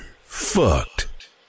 Fucked